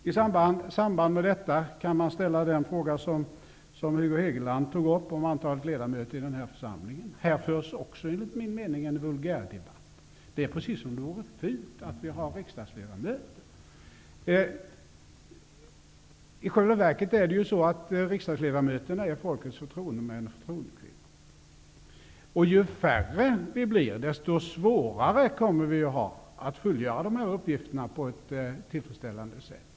I samband med detta kan den fråga ställas som Hugo Hegeland tog upp. Det gäller antalet ledamöter i denna församling. Här förs också enligt min mening en vulgärdebatt. Det är som vore det fult att ha riksdagsledamöter. I själva verket är ju riksdagsledamöterna folkets förtroendemän och förtroendekvinnor. Ju färre vi riksdagsledamöter blir, desto svårare kommer det att bli för oss att fullgöra uppgifterna på ett tillfredsställande sätt.